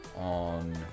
on